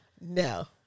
No